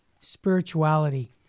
Spirituality